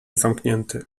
zamknięty